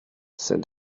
said